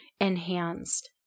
enhanced